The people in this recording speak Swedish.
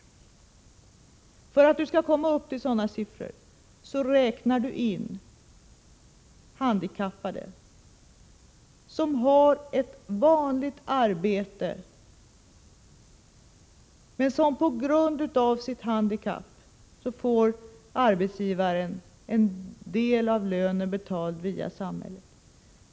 För att Alf Wennerfors skall komma upp till sådana siffror måste han räkna in handikappade som har ett vanligt arbete men som på grund av sitt handikapp får en del av sin lön betald via samhället.